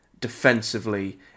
defensively